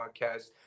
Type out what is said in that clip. podcast